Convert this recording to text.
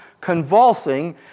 convulsing